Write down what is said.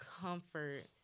comfort